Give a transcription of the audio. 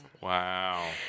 Wow